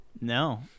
No